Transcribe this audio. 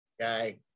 guy